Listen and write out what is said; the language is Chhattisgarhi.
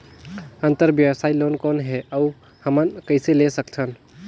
अंतरव्यवसायी लोन कौन हे? अउ हमन कइसे ले सकथन?